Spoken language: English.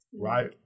right